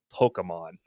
Pokemon